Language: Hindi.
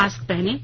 मास्क पहनें